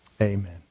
amen